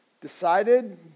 decided